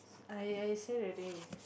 I I say already